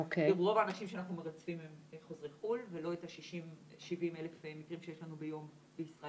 רוב האנשים הם חוזרי חו"ל ולא את ה-70 אלף מקרים שיש לנו ביום בישראל,